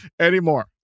anymore